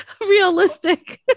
realistic